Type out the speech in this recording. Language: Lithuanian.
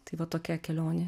tai va tokia kelionė